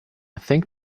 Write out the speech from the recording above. think